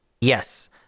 Yes